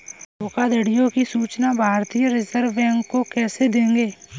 धोखाधड़ियों की सूचना भारतीय रिजर्व बैंक को कैसे देंगे?